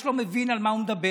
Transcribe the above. האיש לא מבין על מה הוא מדבר.